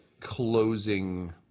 closing